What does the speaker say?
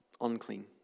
unclean